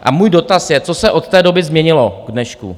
A můj dotaz je, co se od té doby změnilo k dnešku?